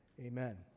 amen